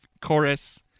chorus